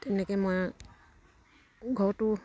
তেনেকে মই ঘৰটো